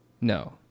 No